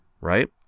right